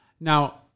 Now